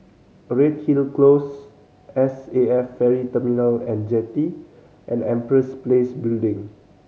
Redhill Close S A F Ferry Terminal And Jetty and Empress Place Building